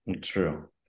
true